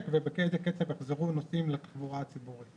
ובאיזה כסף יחזרו נוסעים לתחבורה הציבורית.